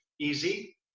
easy